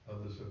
Others